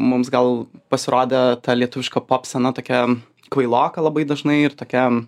mums gal pasirodė ta lietuviška pop scena tokia kvailoka labai dažnai ir tokia